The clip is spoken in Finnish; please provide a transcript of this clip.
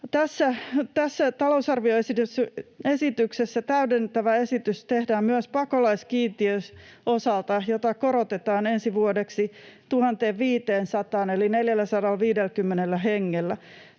tässä talousarvioesityksessä täydentävä esitys tehdään myös pakolaiskiintiön osalta, jota korotetaan ensi vuodeksi 1 500:aan eli 450 hengellä.